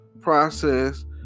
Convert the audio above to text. process